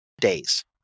days